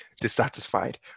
dissatisfied